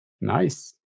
Nice